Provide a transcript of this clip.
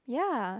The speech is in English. ya